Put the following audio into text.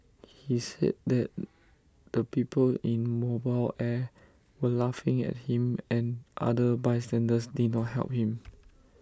he said that the people in mobile air were laughing at him and other bystanders did not help him